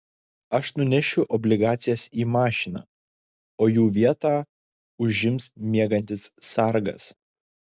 aš nunešiu obligacijas į mašiną o jų vietą užims miegantis sargas